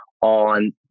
on